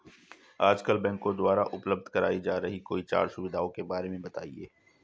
आजकल बैंकों द्वारा उपलब्ध कराई जा रही कोई चार सुविधाओं के बारे में बताइए?